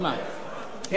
אין, אתה מתנגד.